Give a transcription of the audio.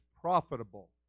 profitable